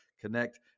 connect